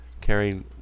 carrying